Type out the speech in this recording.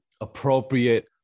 appropriate